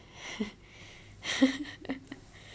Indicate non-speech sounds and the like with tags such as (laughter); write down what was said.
(laughs)